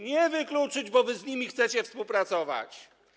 Nie wykluczyć, bo wy z nimi chcecie współpracować.